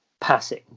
passing